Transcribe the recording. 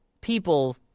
people